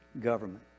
government